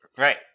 Right